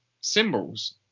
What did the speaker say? symbols